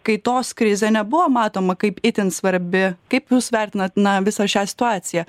kaitos krizė nebuvo matoma kaip itin svarbi kaip jūs vertinat na visą šią situaciją